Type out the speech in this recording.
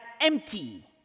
empty